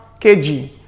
kg